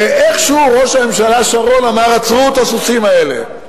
ואיכשהו ראש הממשלה שרון אמר: עצרו את הסוסים האלה.